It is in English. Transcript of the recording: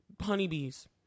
Honeybees